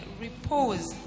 repose